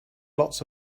lot